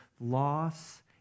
Loss